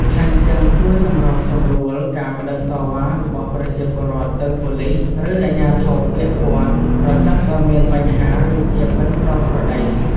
ថែមទាំង ជួយសម្របសម្រួលការប្តឹងតវ៉ារបស់ប្រជាពលរដ្ឋទៅប៉ូលីស ឬអាជ្ញាធរពាក់ព័ន្ធ ប្រសិនបើមានបញ្ហា ឬភាពមិនប្រក្រតី។